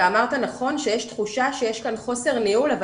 אמרת נכון שיש תחושה שיש כאן חוסר ניהול אבל